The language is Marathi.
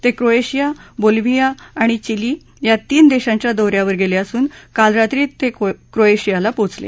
ते क्रोएशिया बोलिव्हिया आणि चिली या तीन देशांच्या दौ यावर गेले असून काल रात्री क्रोएशियाला पोचले